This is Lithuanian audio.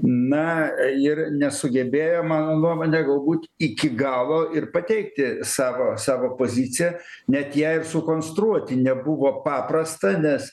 na ir nesugebėjo mano nuomone galbūt iki galo ir pateikti savo savo poziciją net jei ir sukonstruoti nebuvo paprasta nes